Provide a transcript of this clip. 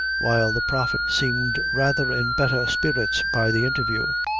while the prophet seemed rather in better spirits by the interview.